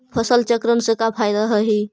फसल चक्रण से का फ़ायदा हई?